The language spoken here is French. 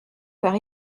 par